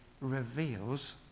reveals